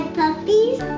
puppies